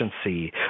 efficiency